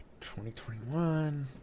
2021